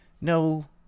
No